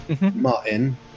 Martin